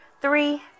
three